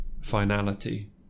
finality